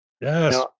yes